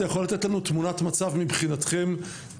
האם אתה יכול לתת לנו תמונת מצב מבחינתכם כרגע,